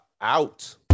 out